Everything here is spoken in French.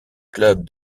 club